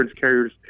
carriers